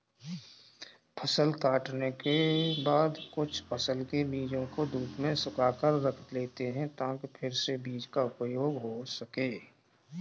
फसल काटने के बाद कुछ फसल के बीजों को धूप में सुखाकर रख लेते हैं ताकि फिर से बीज का उपयोग हो सकें